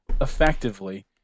effectively